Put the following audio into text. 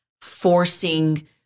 forcing